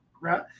right